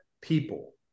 people